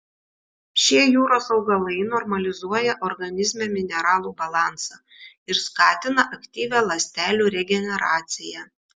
šie jūros augalai normalizuoja organizme mineralų balansą ir skatina aktyvią ląstelių regeneraciją